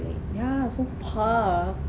yeah so far